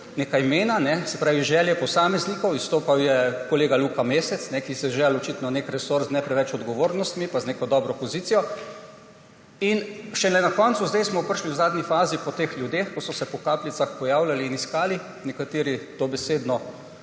neka imena, se pravi želje posameznikov. Izstopal je kolega Luka Mesec, ki si je očitno želel nek resor z ne preveč odgovornostmi in z neko dobro pozicijo. In šele na koncu smo prišli zdaj v zadnji fazi po teh ljudeh, ko so se po kapljicah pojavljali in iskali, nekateri dobesedno